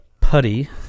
putty